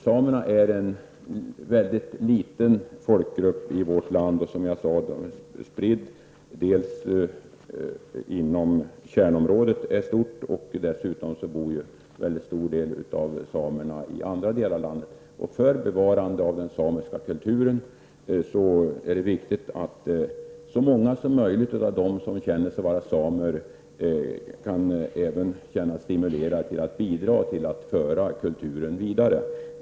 Samerna är en mycket liten folkgruppi vårt land och, som jag sade tidigare, spridd inom kärnområdet. Dessutom bor väldigt många av samerna i andra delar av landet. För bevarande av den samiska kulturen är det viktigt att så många som möjligt av dem som känner sig vara samer också kan känna sig stimulerade att bidra till att föra kulturen vidare.